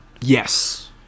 yes